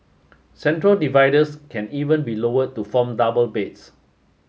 central dividers can even be lowered to form double beds